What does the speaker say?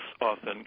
often